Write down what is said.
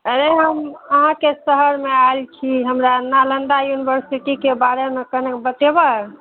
अरे हम अहाँके शहरमे आएल छी हमरा नालन्दा यूनिवर्सिटीके बारेमे कनेक बतेबै